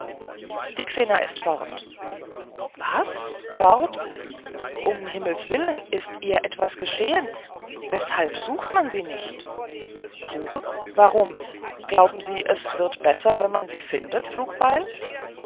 die xena ist fort was fort um gottes willen ist ihr etwas geschehen weshalb sucht man sie nicht suchen warum glauben sie es wird besser wenn man sie findet flugbeil